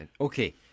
Okay